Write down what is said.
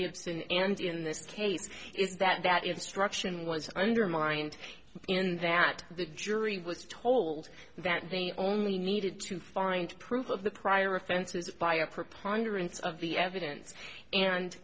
gibson and in this case is that that instruction was undermined in that the jury was told that they only needed to find proof of the prior offenses by a preponderance of the evidence and